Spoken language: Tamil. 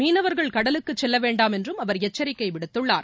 மீனவர்கள் கடலுக்கு செல்ல வேண்டாம் என்றும் அவர் எச்சரிக்கை விடுத்துள்ளார்